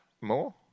more